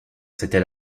c’était